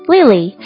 Lily